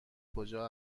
کجا